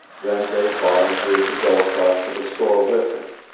then they volunteered to go across to the store with him.